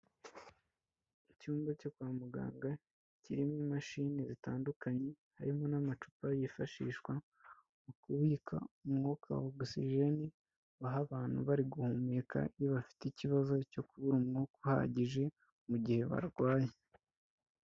Icyumba cyo kwa muganga kirimo imashini zitandukanye, harimo n'amacupa yifashishwa mu kubika umwuka wa oxygen, baha abantu bari guhumeka iyo bafite ikibazo cyo kubura umwuka uhagije mu gihe barwaye.